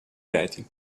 reti